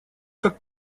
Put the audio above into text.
как